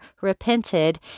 repented